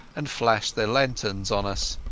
and flashed their lanterns on us.